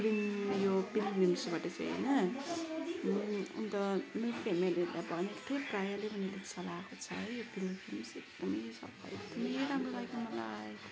cream यो पिलग्रिम्सबाट चाहिँ होइन अन्त मेरो फेमिलीहरूलाई भनेको थिएँ प्राय ले उनीहरूले चलाएको छ है यो पिलग्रिम्स एकदमै सफा एकदमै राम्रो लाग्यो मलाई